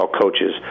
coaches